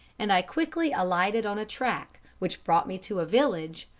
and i quickly alighted on a track, which brought me to a village,